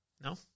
No